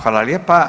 Hvala lijepa.